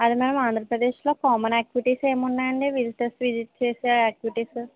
అదే మేడం ఆంధ్రప్రదేశ్లో common activities ఏమున్నాయి అండి విజిటర్స్ విజిట్ చేసే యాక్టివిటీస్